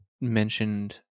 mentioned